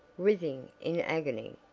writhing in agony.